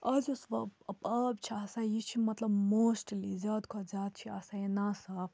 آز یُس وۄنۍ آب چھِ آسان یہِ چھِ مطلب موسٹلی زیادٕ کھۄتہٕ زیادٕ چھِ آسان یہِ ناصاف